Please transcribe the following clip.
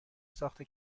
ساخت